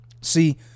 See